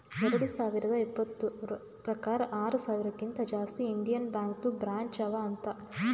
ಎರಡು ಸಾವಿರದ ಇಪ್ಪತುರ್ ಪ್ರಕಾರ್ ಆರ ಸಾವಿರಕಿಂತಾ ಜಾಸ್ತಿ ಇಂಡಿಯನ್ ಬ್ಯಾಂಕ್ದು ಬ್ರ್ಯಾಂಚ್ ಅವಾ ಅಂತ್